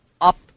up